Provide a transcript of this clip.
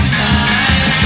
Tonight